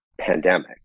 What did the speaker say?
pandemic